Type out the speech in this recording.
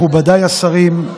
מכובדיי השרים,